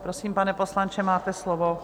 Prosím, pane poslanče, máte slovo.